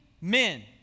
men